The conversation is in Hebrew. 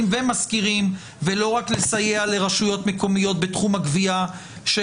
ומשכירים ולא רק לסייע לרשויות מקומיות בתחום הגבייה?